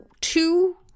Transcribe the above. Two